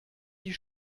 die